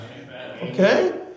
Okay